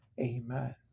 Amen